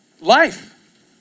life